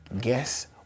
Guess